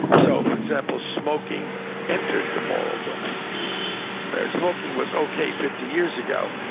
so for example smoking entered the moral domain smoking was okay fifty years ago,